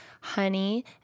honey